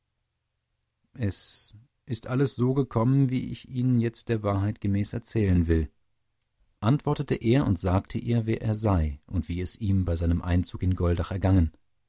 es ist alles so gekommen wie ich ihnen jetzt der wahrheit gemäß erzählen will anwortete er und sagte ihr wer er sei und wie es ihm bei seinem einzug in goldach ergangen